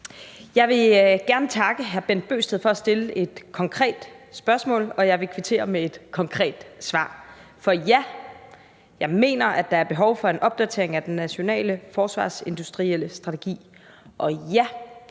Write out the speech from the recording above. Jeg vil gerne takke hr. Bent Bøgsted for at stille et konkret spørgsmål, og jeg vil kvittere med et konkret svar. For ja, jeg mener, at der er behov for en opdatering af den nationale forsvarsindustrielle strategi, og ja,